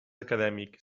acadèmic